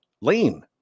lean